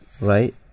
right